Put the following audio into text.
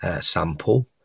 sample